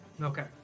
Okay